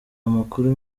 amakuru